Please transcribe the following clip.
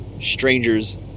strangers